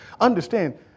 Understand